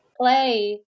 play